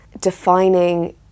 defining